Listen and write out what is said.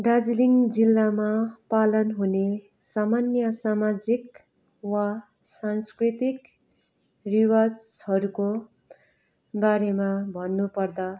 दार्जिलिङ जिल्लामा पालन हुने सामान्य सामाजिक वा सांंस्कृतिक रिवाजहरूको बारेमा भन्नुपर्दा